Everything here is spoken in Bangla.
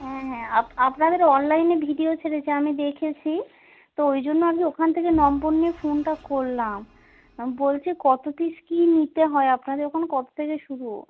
অ্যাঁ আপ আপনাদের অনলাইনে ভিডিও ছেড়েছে আমি দেখেছি তো ওই জন্য আমি ওখান থেকে নম্বর নিয়ে ফোনটা করলাম বলছি কতো পিস কী নিতে হয় আপনাদের ওখানে কতো থেকে শুরু